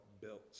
built